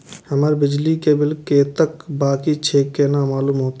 हमर बिजली के बिल कतेक बाकी छे केना मालूम होते?